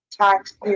tax